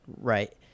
Right